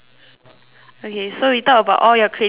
okay so we talk about all your creative first lah